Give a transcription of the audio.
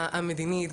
המדינית,